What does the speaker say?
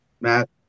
Matt